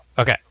Okay